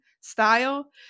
style